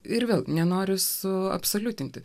ir vėl nenoriu suabsoliutinti